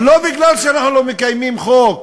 אבל לא כי אנחנו לא מקיימים חוק,